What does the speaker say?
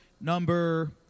number